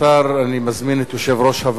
אני מזמין את יושב-ראש הוועדה